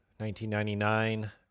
1999